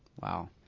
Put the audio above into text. Wow